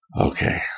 Okay